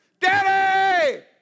daddy